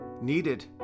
needed